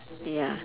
ya